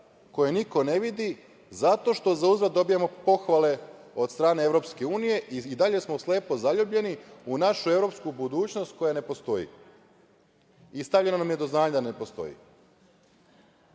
koje niko ne vidi zato što zauzvrat dobijamo pohvale od strane Evropske unije i dalje smo slepo zaljubljeni u našu evropsku budućnost koja ne postoji i stavljeno nam je do znanja da ne postoji. Takođe